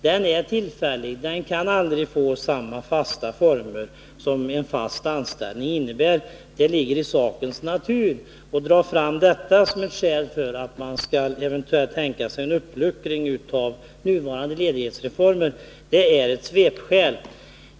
Den är tillfällig, den kan aldrig få samma säkra former som en fast anställning. Det ligger i sakens natur, och att dra fram detta när man vill tänka sig en uppluckring av nuvarande ledighetsreformer är ett svepskäl.